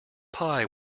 pie